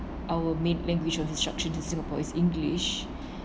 our main language of instruction to singapore is english